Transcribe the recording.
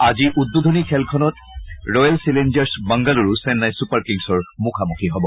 আজি উদ্বোধনী খেলখনত ৰয়েল চেলেঞ্জাৰ্ছ বাংগালুৰুত চেন্নাই ছুপাৰ কিংছৰ মুখামুখি হ'ব